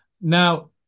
Now